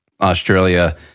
Australia